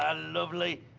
ah lovely.